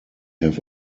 have